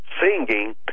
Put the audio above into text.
singing